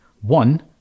One